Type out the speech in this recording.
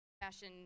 fashion